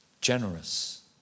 generous